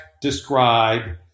describe